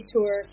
Tour